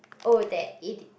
oh that